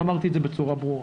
ואמרתי את זה בצורה ברורה.